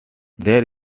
there